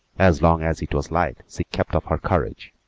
as long as it was light she kept up her courage,